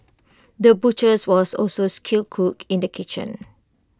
the butchers was also A skilled cook in the kitchen